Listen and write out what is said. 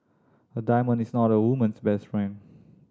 a diamond is not a woman's best friend